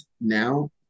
now